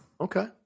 Okay